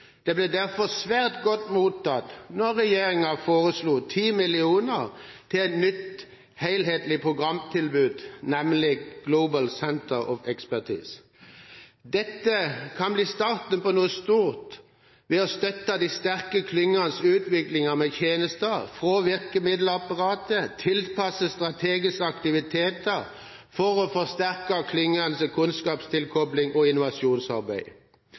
Det ble derfor svært godt mottatt da regjeringa foreslo 10 mill. kr til et nytt helhetlig programtilbud, nemlig Global Centre of Expertise. Dette kan bli starten på noe stort ved å støtte de sterke klyngenes utvikling med tjenester fra virkemiddelapparatet tilpasset strategiske aktiviteter for å forsterke klyngenes kunnskapstilkopling og innovasjonsarbeid.